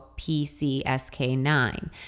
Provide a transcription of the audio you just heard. PCSK9